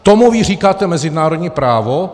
Tomu vy říkáte mezinárodní právo?